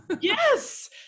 yes